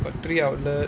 got three outlet